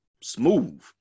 smooth